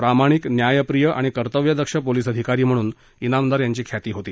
प्रामाणिक न्यायप्रिय आणि कर्तव्यदक्ष पोलीस अधिकारी म्हणून ज्ञामदार यांची ख्याती होती